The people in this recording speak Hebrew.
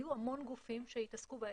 היו המון גופים שהתעסקו בעסק.